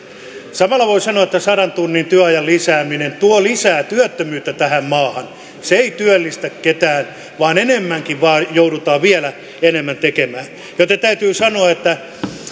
samalla voi sanoa että sadan tunnin työajan lisääminen tuo lisää työttömyyttä tähän maahan se ei työllistä ketään vaan enemmänkin vain joudutaan vielä enemmän tekemään joten täytyy sanoa että